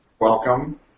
Welcome